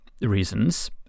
reasons